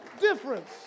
difference